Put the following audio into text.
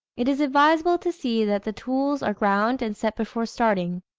it is advisable to see that the tools are ground and set before starting.